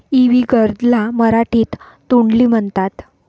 इवी gourd ला मराठीत तोंडली म्हणतात